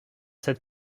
cette